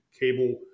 cable